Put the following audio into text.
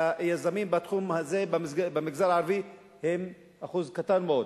והיזמים בתחום הזה במגזר הערבי הם אחוז קטן מאוד.